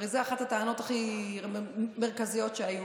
והרי זאת אחת הטענות המרכזיות שהיו,